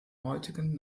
heutigen